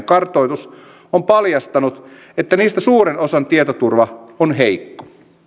kartoitus on paljastanut että niistä suuren osan tietoturva on heikko